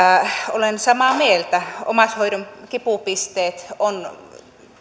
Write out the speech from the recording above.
olen samaa mieltä omaishoidon kipupisteet ovat